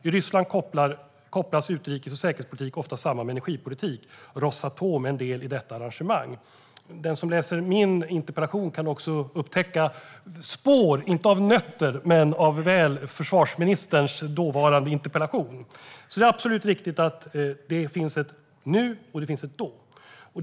I Ryssland kopplas utrikes och säkerhetspolitik ofta samman med energipolitik. Rosatom är en del i detta arrangemang -." Den som läser min interpellation kan också upptäcka att spår finns inte av nötter men väl av nuvarande försvarsministerns fråga. Det är alldeles riktigt att det finns ett nu och ett då.